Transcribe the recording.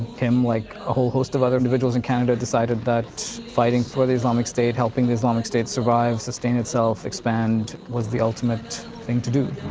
him, like a whole host of other individuals in canada decided that fighting for the islamic state, helping the islamic state survive, sustain itself, expand, was the ultimate thing to do.